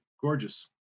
Gorgeous